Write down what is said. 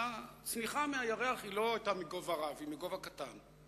הצניחה מהירח לא היתה מגובה רב, היא מגובה קטן.